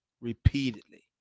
repeatedly